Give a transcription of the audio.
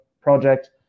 project